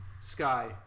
Sky